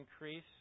increase